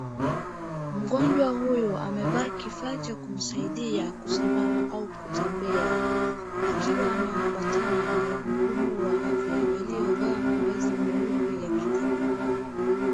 mgonjwa huyu amevaa kifaa cha kumsaidia kusimama au kutembea akiwa ameambatana na wahudumu wa afya waliovaa mavazi meupe ya kitabibu